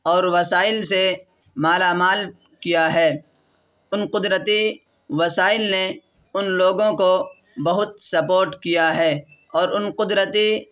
اور وسائل سے مالا مال کیا ہے ان قدرتی وسائل نے ان لوگوں کو بہت سپورٹ کیا ہے اور ان قدرتی